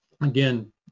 again